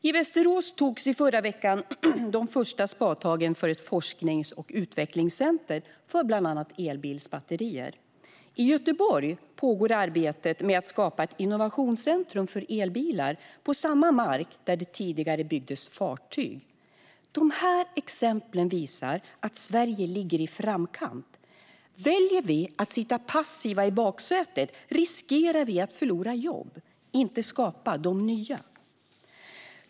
I Västerås togs i förra veckan de första spadtagen för ett forsknings och utvecklingscenter för bland annat elbilsbatterier. I Göteborg pågår arbetet med att skapa ett innovationscentrum för elbilar på samma mark där det tidigare byggdes fartyg. De här exemplen visar att Sverige ligger i framkant. Om vi väljer att sitta passiva i baksätet riskerar vi att förlora jobb i stället för att skapa nya. Fru talman!